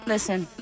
Listen